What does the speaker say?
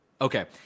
Okay